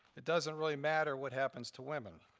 it doesn't really matter what happens to women.